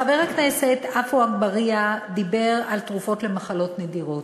חבר הכנסת עפו אגבאריה דיבר על תרופות למחלות נדירות.